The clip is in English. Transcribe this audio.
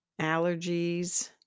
allergies